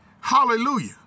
Hallelujah